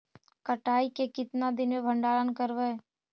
कटाई के कितना दिन मे भंडारन करबय?